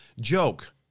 joke